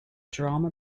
drama